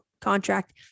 contract